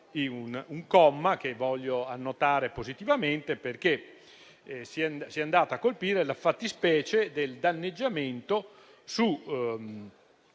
un comma che voglio annotare positivamente, perché si è andati a colpire la fattispecie del danneggiamento su